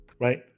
right